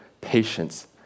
patience